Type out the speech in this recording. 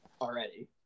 already